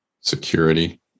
Security